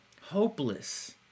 hopeless